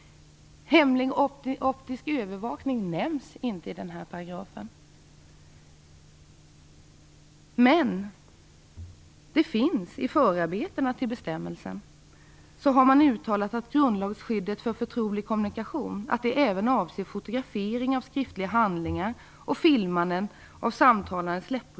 Hemlig optisk övervakning nämns inte i denna paragraf. Men i förarbetena till bestämmelsen finns uttalat att grundlagsskyddet vid förtrolig kommunikation även avser fotografering av skriftliga handlingar och filmande av läpprörelser vid samtal.